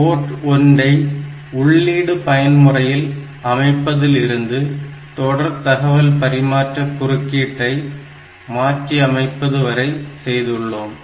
board 1 ஐ உள்ளீடு பயன்முறையில் அமைப்பதில் இருந்து தொடர் தகவல் பரிமாற்ற குறுக்கீட்டை மாற்றி அமைப்பது வரை செய்துள்ளோம்